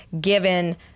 given